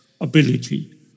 ability